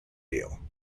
deal